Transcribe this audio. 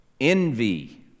envy